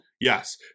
Yes